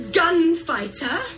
gunfighter